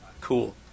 Cool